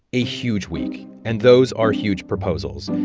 a huge week. and those are huge proposals.